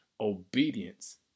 Obedience